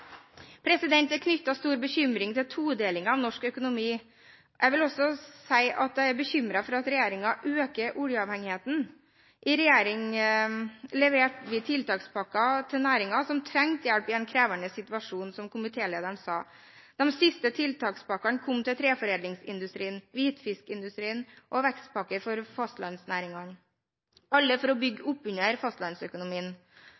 Det er knyttet stor bekymring til todelingen av norsk økonomi. Jeg vil også si at jeg er bekymret for at regjeringen øker oljeavhengigheten. Vi leverte tiltakspakke til næringer som trengte hjelp i en krevende situasjon, som komitélederen sa. De siste tiltakspakkene kom til treforedlingsindustrien, hvitfiskindustrien og vekstpakke for fastlandsnæringene – alle for å